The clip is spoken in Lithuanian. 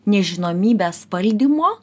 nežinomybės valdymo